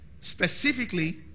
specifically